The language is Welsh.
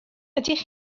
ydych